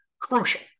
crucial